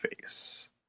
face